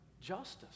justice